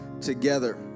together